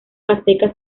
aztecas